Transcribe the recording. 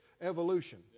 evolution